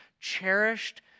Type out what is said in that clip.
cherished